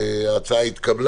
ההצעה אושרה.